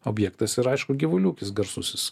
objektas yra aišku gyvulių ūkis garsusis